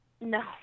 No